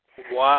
Wow